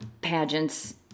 pageants